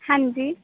ਹਾਂਜੀ